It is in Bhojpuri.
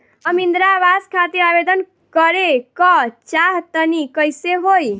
हम इंद्रा आवास खातिर आवेदन करे क चाहऽ तनि कइसे होई?